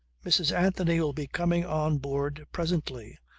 mrs. anthony'll be coming on board presently.